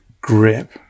grip